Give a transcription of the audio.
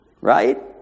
right